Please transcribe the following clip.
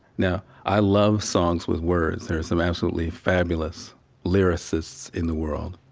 now i love songs with words. there are some absolutely fabulous lyricists in the world.